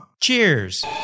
Cheers